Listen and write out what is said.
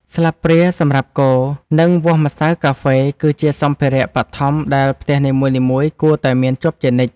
ស្លាបព្រាសម្រាប់កូរ និងវាស់ម្សៅកាហ្វេ គឺជាសម្ភារៈបឋមដែលផ្ទះនីមួយៗគួរតែមានជាប់ជានិច្ច។